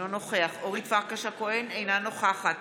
אינו נוכח אורית פרקש הכהן, אינה נוכחת